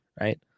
Right